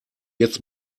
jetzt